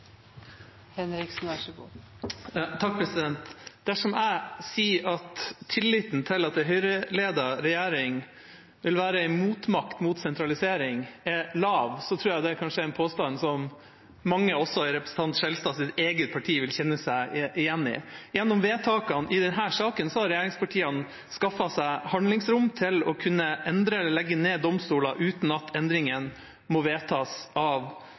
lav, tror jeg det er en påstand som mange også i representanten Skjelstads eget parti vil kjenne seg igjen i. Gjennom vedtakene i denne saken har regjeringspartiene skaffet seg handlingsrom til å kunne endre eller legge ned domstoler uten at endringen må vedtas av